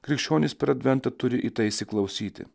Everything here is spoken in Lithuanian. krikščionys per adventą turi į tai įsiklausyti